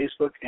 Facebook